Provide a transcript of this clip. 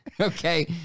okay